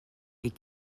est